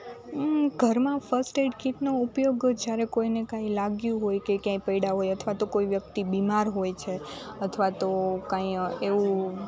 હું ઘરમાં first aid કિટનો ઉપયોગ જ્યારે કોઈને કાંઈ લાગ્યું હોય કે ક્યાંય પડ્યા હોય અથવા તો કોઈ વ્યક્તિ બીમાર હોય છે અથવા તો કાંઈ એવું